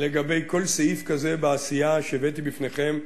לגבי כל סעיף כזה בעשייה שהבאתי בפניכם,